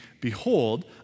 behold